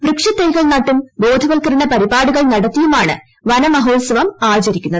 വൃക്ഷത്തൈകൾ നട്ടും ബോധവൽക്കരണ പരിപാടികൾ നടത്തിയുമാണ് വനമഹോത്സവം ആചരിക്കുന്നത്